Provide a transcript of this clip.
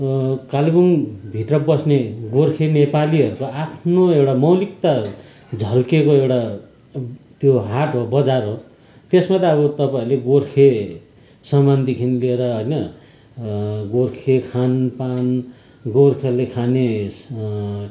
कालिम्पोङभित्र बस्ने गोर्खे नेपालीहरूको आफ्नो एउटा मौलिकता झल्केको एउटा त्यो हाट हो बजार हो त्यसमा त अब तपाईँहरूले गोर्खे सामानदेखि लिएर होइन गोर्खे खानपान गोर्खेले खाने